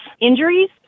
injuries